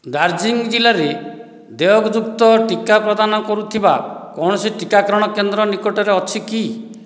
ଦାର୍ଜିଲିଂ ଜିଲ୍ଲାରେ ଦେୟଯୁକ୍ତ ଟିକା ପ୍ରଦାନ କରୁଥିବା କୌଣସି ଟିକାକରଣ କେନ୍ଦ୍ର ନିକଟରେ ଅଛି କି